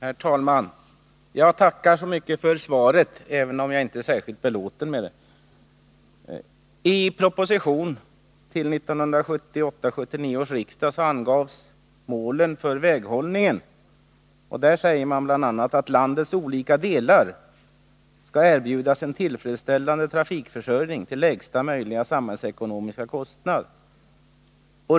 Herr talman! Jag tackar så mycket för svaret, även om jag inte är särskilt belåten med det. I propositionen till 1978/79 års riksmöte angavs målen för väghållningen. Där sades bl.a. att landets olika delar skall erbjudas en tillfredsställande trafikförsörjning till lägsta möjliga samhällsekonomiska kostnad.